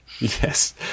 Yes